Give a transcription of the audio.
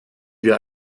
wir